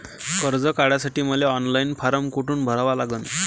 कर्ज काढासाठी मले ऑनलाईन फारम कोठून भरावा लागन?